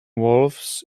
wolves